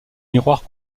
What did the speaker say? miroirs